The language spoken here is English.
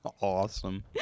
Awesome